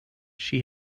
she